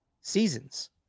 seasons